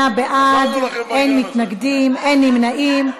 28 בעד, אין מתנגדים, אין נמנעים.